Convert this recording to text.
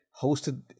hosted